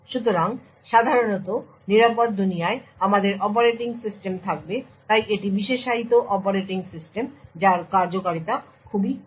সুতরাং সাধারণত নিরাপদ দুনিয়ায় আমাদের অপারেটিং সিস্টেম থাকবে তাই এটি বিশেষায়িত অপারেটিং সিস্টেম যার কার্যকারিতা খুবই কম